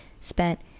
spent